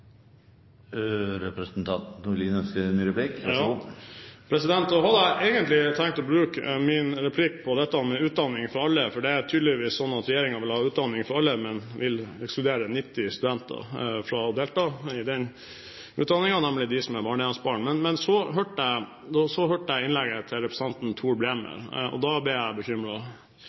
representanten må være helt sikker på, er at uansett mekanismer vil vi arbeide for å få økte forskningsbevilgninger. Nå hadde jeg egentlig tenkt å bruke min replikk på dette med utdanning for alle, for det er tydeligvis sånn at regjeringen vil ha utdanning for alle, men vil ekskludere 90 studenter fra å delta i den utdanningen, nemlig de som er barnehjemsbarn. Men så hørte jeg innlegget til representanten Tor Bremer, og da ble jeg